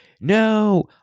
no